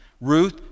Ruth